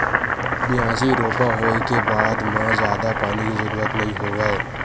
बियासी, रोपा होए के बाद म जादा पानी के जरूरत नइ होवय